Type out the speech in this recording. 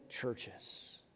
churches